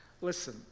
Listen